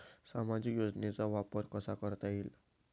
सामाजिक योजनेचा वापर कसा करता येईल?